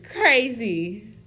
Crazy